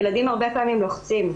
ילדים הרבה פעמים לוחצים,